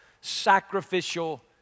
sacrificial